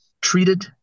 treated